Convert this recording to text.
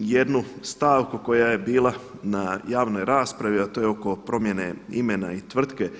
jednu stavku koja je bila na javnoj raspravi a to je oko promjene imena i tvrtke.